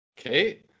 Okay